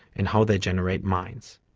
and how they generate minds.